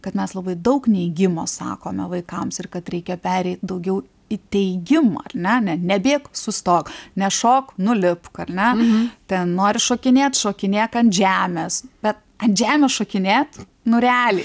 kad mes labai daug neigimo sakome vaikams ir kad reikia pereit daugiau į teigimą ar ne nebėk sustok nešok nulipk ar ne ten nori šokinėt šokinėk ant žemės bet ant žemės šokinėt nu realiai